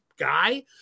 guy